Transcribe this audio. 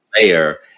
layer